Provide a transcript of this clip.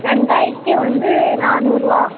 வெங்காய்க்கு வந்து நானூறுரூவா